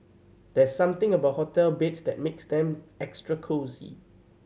there's something about hotel beds that makes them extra cosy